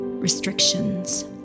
restrictions